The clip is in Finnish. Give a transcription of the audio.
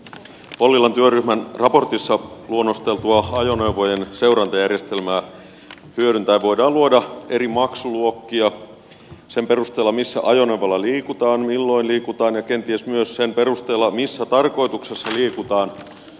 ollilan työryhmän raportissa luonnosteltua ajoneuvojen seurantajärjestelmää hyödyntäen voidaan luoda eri maksuluokkia sen perusteella missä ajoneuvolla liikutaan milloin liikutaan ja kenties myös sen perusteella missä tarkoituksessa liikutaan